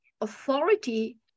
authority